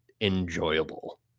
enjoyable